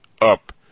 up